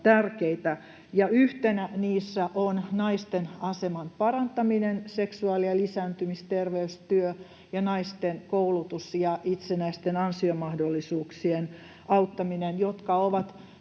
Yhtenä niistä on naisten aseman parantaminen, seksuaali- ja lisääntymisterveystyö ja naisten koulutus ja itsenäisten ansiomahdollisuuksien auttaminen, jotka ovat